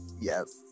yes